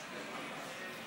תעזבו את האולם.